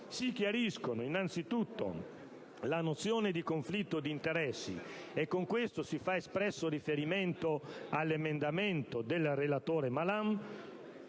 si chiarisce la nozione di conflitto d'interessi (e con questo si fa espresso riferimento all'emendamento del senatore Malan)